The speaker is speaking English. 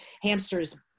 hamsters